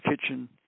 Kitchen